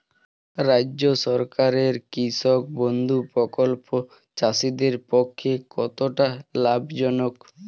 রাজ্য সরকারের কৃষক বন্ধু প্রকল্প চাষীদের পক্ষে কতটা লাভজনক?